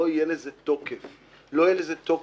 לא יהיה לזה תוקף ובקלות